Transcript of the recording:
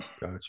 Got